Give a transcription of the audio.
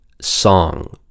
song